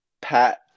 Pat